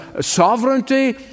sovereignty